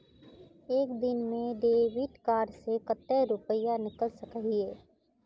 एक दिन में डेबिट कार्ड से कते रुपया निकल सके हिये?